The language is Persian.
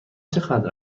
چقدر